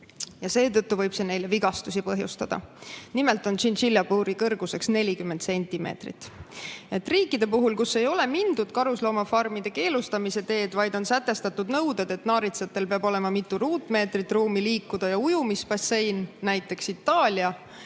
ja seetõttu võib see neile vigastusi põhjustada. Nimelt on tšintšiljapuuri kõrguseks 40 sentimeetrit. Riikide puhul, kus ei ole mindud karusloomafarmide keelustamise teed, vaid on sätestatud nõuded, et naaritsatel peab olema mitu ruutmeetrit liikumisruumi ja ujumisbassein (näiteks Itaalias),